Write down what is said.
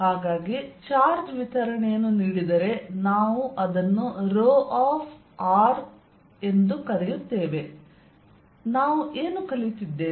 ಹಾಗಾಗಿ ಚಾರ್ಜ್ ವಿತರಣೆಯನ್ನು ನೀಡಿದರೆ ನಾವು ಅದನ್ನು ರೋ ಒಫ್ r ಎಂದು ಕರೆಯುತ್ತೇವೆ ನಾವು ಏನು ಕಲಿತಿದ್ದೇವೆ